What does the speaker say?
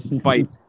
fight